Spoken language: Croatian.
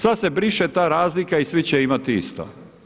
Sada se briše ta razlika i svi će imati isto.